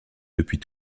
depuis